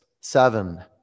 seven